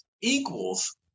equals